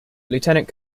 lieutenant